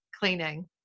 cleaning